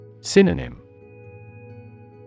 Synonym